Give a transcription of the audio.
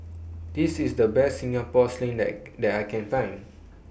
This IS The Best Singapore Sling that that I Can Find